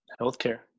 Healthcare